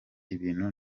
ibintu